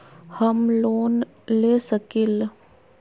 हम लोन ले सकील?